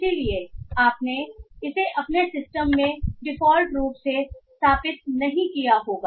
इसलिए आपने इसे अपने सिस्टम में डिफ़ॉल्ट रूप से स्थापित नहीं किया होगा